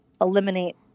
eliminate